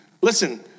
Listen